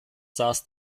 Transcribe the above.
saß